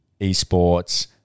Esports